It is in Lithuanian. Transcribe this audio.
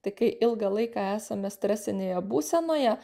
tai kai ilgą laiką esame stresinėje būsenoje